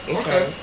okay